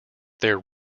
their